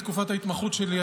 בתקופת ההתמחות שלי,